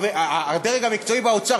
הדרג המקצועי באוצר,